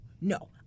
no